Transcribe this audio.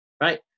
right